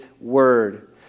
Word